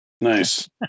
Nice